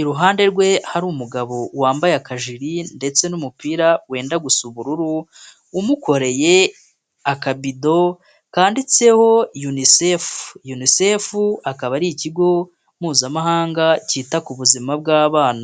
iruhande rwe hari umugabo wambaye akajiri ndetse n'umupira wenda gusa ubururu umukoreye akabido kanditseho unicefu unicefu akaba ari ikigo mpuzamahanga cyita ku buzima bw'abana.